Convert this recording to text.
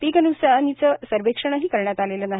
पीक न्कसानीचे सर्वेक्षण करण्यात आले नाही